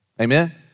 Amen